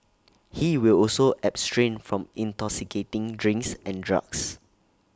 he will also abstain from intoxicating drinks and drugs